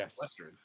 western